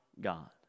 God